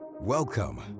welcome